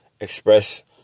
express